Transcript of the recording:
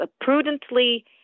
prudently